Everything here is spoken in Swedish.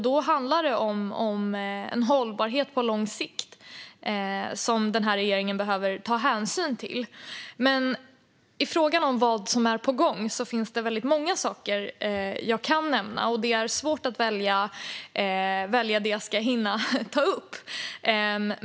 Det handlar om en hållbarhet på lång sikt som den här regeringen behöver ta hänsyn till. I frågan om vad som är på gång finns det väldigt många saker jag kan nämna, och det är svårt att välja vad jag kan hinna ta upp.